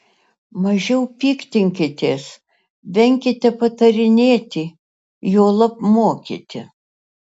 mažiau piktinkitės venkite patarinėti juolab mokyti